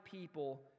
people